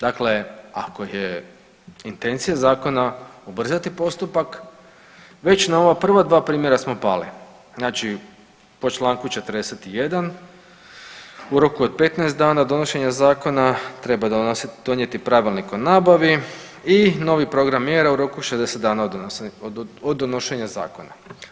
Dakle, ako je intencija zakona ubrzati postupak već na ova prva dva primjera smo pali, znači po članku 41. u roku od 15 dana od donošenja zakona treba donijeti Pravilnik o nabavi i novi program mjera u roku od 60 dana od donošenja zakona.